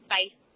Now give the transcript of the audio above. Bye